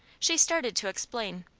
she started to explain.